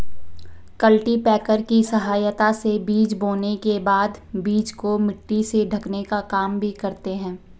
cultipacker की सहायता से बीज बोने के बाद बीज को मिट्टी से ढकने का काम भी करते है